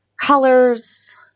colors